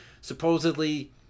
Supposedly